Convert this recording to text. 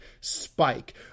spike